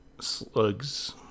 slugs